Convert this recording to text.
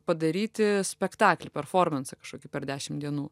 padaryti spektaklį performensą kažkokį per dešimt dienų